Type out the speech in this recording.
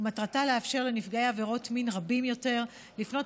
ומטרתה לאפשר לנפגעי עבירות מין רבים יותר לפנות